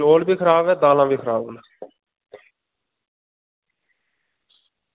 चौल बी खराब ऐ दालां बी खराब न